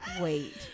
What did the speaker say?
wait